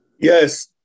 Yes